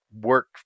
work